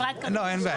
חברת כרטיס אשראי?